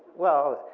well,